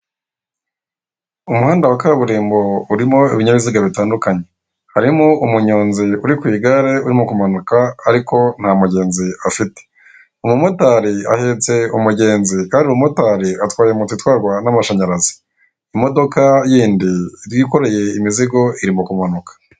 Umuhanda wa kaburimbo urimo ibinyabiziga bitandukanye, harimo umunyonzi uri ku igare urimo kumanuka ariko nta mugenzi afite, umumotari ahetse umugenzi kandi umumotari atwaye moto itwarwa n'amashanyarazi, imodoka yindi yikoreye imizigo irimo kumanuka.